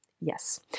yes